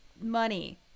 money